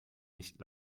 nicht